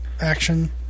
action